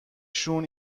شون